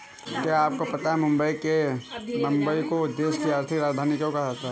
क्या आपको पता है मुंबई को देश की आर्थिक राजधानी क्यों कहा जाता है?